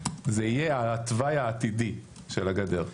זה יהיה "התוואי העתידי" של הגדר,